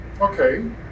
Okay